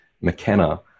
McKenna